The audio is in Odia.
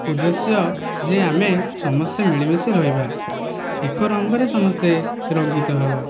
ଉଦେଶ୍ୟ ଯେ ଆମେ ସମସ୍ତେ ମିଳିମିଶି ରହିବା ଏକ ରଙ୍ଗରେ ସମସ୍ତେ ରଙ୍ଗିତ ହେବା